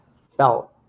felt